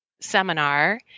seminar